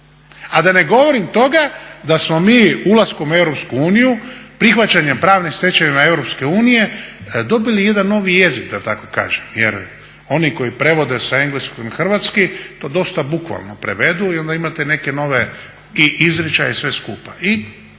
A da ne govorim toga da smo mi ulaskom u EU, prihvaćanjem pravne stečevine EU dobili jedan novi jezik da tako kažem, jer oni koji prevode sa engleskog na hrvatski to dosta bukvalno prevedu i onda imate neke nove i izričaje i sve skupa.